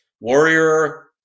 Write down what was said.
Warrior